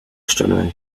astronomy